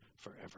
forever